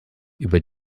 über